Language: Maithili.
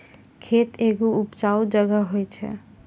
खेत एगो उपजाऊ जगह होय छै